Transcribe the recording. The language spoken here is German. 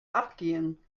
abgehen